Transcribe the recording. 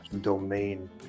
domain